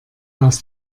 aus